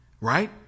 right